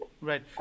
Right